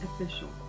official